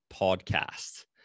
podcast